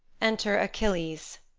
enter achilles